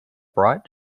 bright